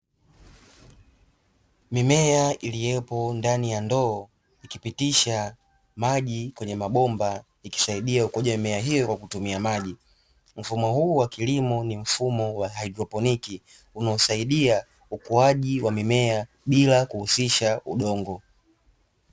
Mimea iliyopo ndani ya ndoo ikipitisha maji kwenye mabomba ikisaidia ukuaji wa mimea hiyo kwa kutumia maji, mfumo huu wa kilimo ni mfumo wa haidroponi unaosaidia ukuaji wa mimea bila kuhusisha udongo.